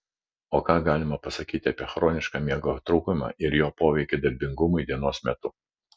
o ką galima pasakyti apie chronišką miego trūkumą ir jo poveikį darbingumui dienos metu